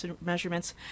measurements